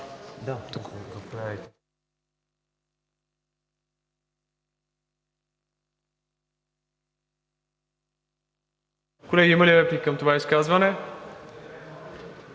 Колеги, има ли реплики към това изказване?